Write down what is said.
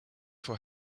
for